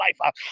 life